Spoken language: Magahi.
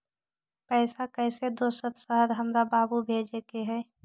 पैसा कैसै दोसर शहर हमरा बाबू भेजे के है?